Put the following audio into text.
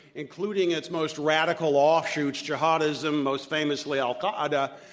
including its most radical offshoots, jihadism, most famously al-qaida,